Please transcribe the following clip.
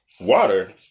Water